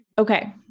Okay